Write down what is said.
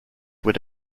would